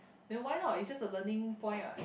then why not it's just a learning point what